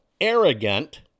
arrogant